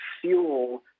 fuel